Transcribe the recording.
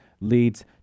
leads